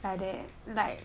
like that